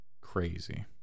crazy